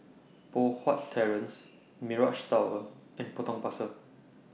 Poh Huat Terrace Mirage Tower and Potong Pasir